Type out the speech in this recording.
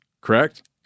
Correct